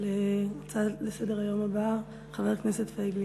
להצעה לסדר-היום הבאה, של חבר הכנסת פייגלין.